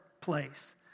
place